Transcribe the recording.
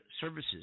services